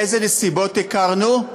באילו נסיבות הכרנו,